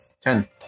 Ten